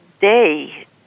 day